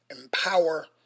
empower